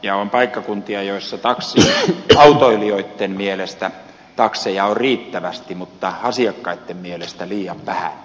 ja on paikkakuntia joilla taksiautoilijoitten mielestä takseja on riittävästi mutta asiakkaitten mielestä liian vähän